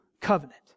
covenant